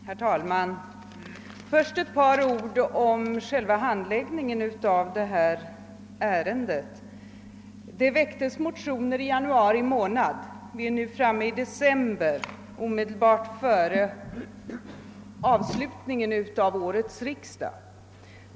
Herr talman! Först ett par ord om själva handläggningen av detta ärende. Det väcktes motioner i denna fråga redan i januari månad. Vi är nu framme i december, omedelbart före avslutningen av årets riksdag.